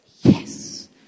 Yes